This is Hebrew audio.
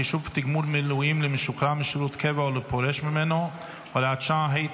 חישוב תגמול מילואים למשוחרר משירות קבע או לפורש ממנו) (הוראת שעה),